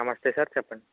నమస్తే సార్ చెప్పండి